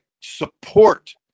support